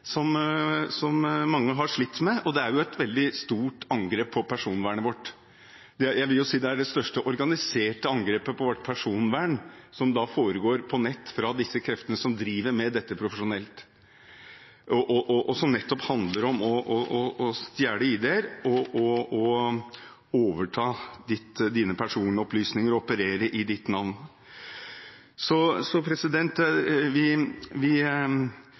som mange har slitt med, og det er jo et veldig stort angrep på personvernet vårt. Jeg vil si det er det største organiserte angrepet på vårt personvern som foregår på nett fra disse kreftene som driver profesjonelt med dette, og som nettopp handler om å stjele ID-er og overta personopplysninger og operere i andres navn. Vi kan ikke ha det slik at det foregår fortløpende forsøk på innbrudd – lommetyverier eller hva vi